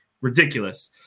ridiculous